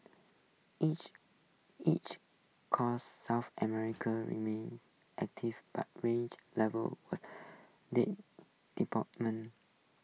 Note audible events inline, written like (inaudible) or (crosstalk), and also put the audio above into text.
each each coast south America remained active but range levels (unintelligible) date department